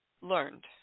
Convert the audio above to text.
learned